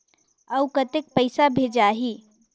अउ कतेक पइसा भेजाही?